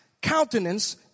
countenance